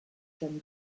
can